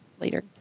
Later